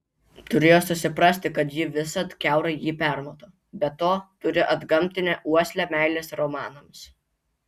turėjo susiprasti kad ji visad kiaurai jį permato be to turi antgamtinę uoslę meilės romanams